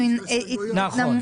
תקציב רגיל.